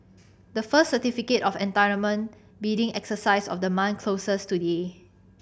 the first Certificate of Entitlement bidding exercise of the month closes today